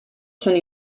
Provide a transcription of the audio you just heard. sono